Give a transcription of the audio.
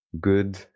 good